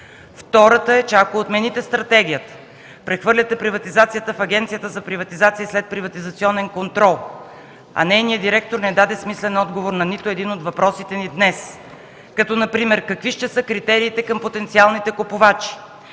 Втората е, че ако отмените стратегията, прехвърляте приватизацията в Агенцията за приватизация и следприватизационен контрол, а нейният директор не даде смислен отговор на нито един от въпросите ни днес, като например: - Какви ще са критериите към потенциалните купувачи?